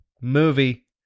movie